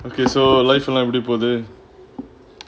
okay so life எல்லாம் எப்டி போது:ellaam epdi pothu